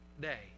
day